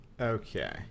Okay